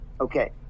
okay